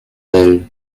elles